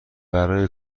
برای